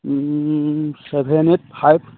seven eight five